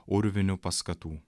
urvinių paskatų